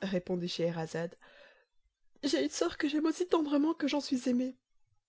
répondit scheherazade j'ai une soeur que j'aime aussi tendrement que j'en suis aimée